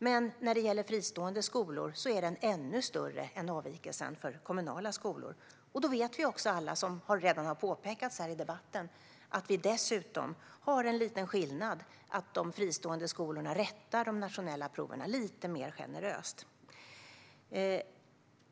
Men när det gäller fristående skolor är den ännu större än avvikelsen för kommunala skolor. Då vet vi alla, vilket också har påpekats i debatten, att det dessutom finns en liten skillnad i fråga om att de fristående skolorna rättar de nationella proven lite mer generöst.